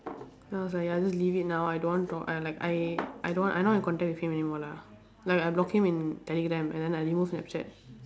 then I was like ya just leave it now I don't want to talk I like I I don't I not in contact with him anymore lah like I blocked him in telegram and then I removed snapchat